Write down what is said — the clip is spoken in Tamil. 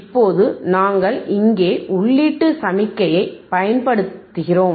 இப்போது நாங்கள் இங்கே உள்ளீட்டு சமிஞையை பயன்படுத்துகிறோம்